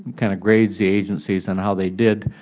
kind of grades the agencies on how they did.